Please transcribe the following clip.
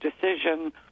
decision